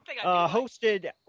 Hosted